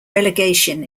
relegation